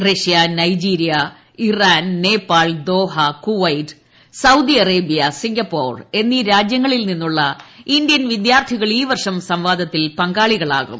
Russia Nigeria Iran Nepal Doha Kuwait Saudi Arabia Singapore എന്നീ രാജ്യങ്ങളിൽ നിന്നുള്ള ഇന്ത്യൻ വിദ്യാർത്ഥികൾ ഈ ്വർഷ് സംവാദത്തിൽ പങ്കാളികളാകും